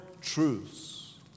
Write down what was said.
truths